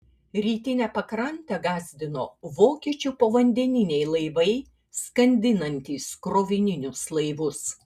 rytinę pakrantę gąsdino vokiečių povandeniniai laivai skandinantys krovininius laivus